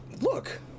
look